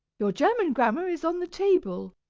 your german grammar is on the table.